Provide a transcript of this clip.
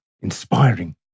inspiring